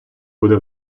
буде